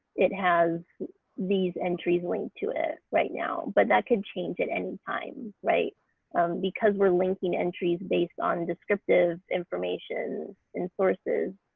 it has these entries linked to it right now, but that could change at any time because we're linking entries based on descriptive information in sources.